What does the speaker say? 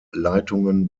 leitungen